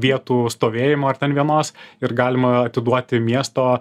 vietų stovėjimo ar ten vienos ir galima atiduoti miesto